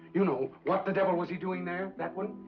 you know, what the devil was he doing there? that one.